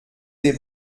des